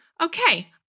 okay